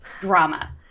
drama